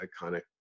iconic